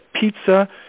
pizza